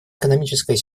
экономическая